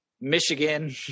Michigan